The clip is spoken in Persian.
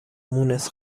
مونس